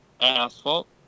asphalt